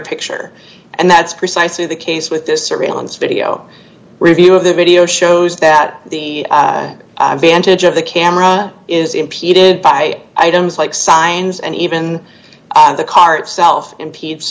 picture and that's precisely the case with this surveillance video review of the video shows that the advantage of the camera is impeded by items like signs and even on the car itself impe